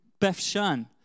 Beth-Shan